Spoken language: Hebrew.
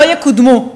לא יקודמו.